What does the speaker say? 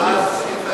יכול להיות.